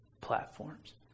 platforms